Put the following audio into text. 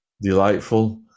delightful